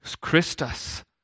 Christus